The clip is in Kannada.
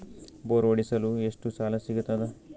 ಬೋರ್ ಹೊಡೆಸಲು ಎಷ್ಟು ಸಾಲ ಸಿಗತದ?